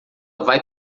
vai